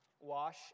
wash